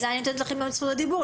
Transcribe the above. זה אני נותנת לכם את זכות הדיבור,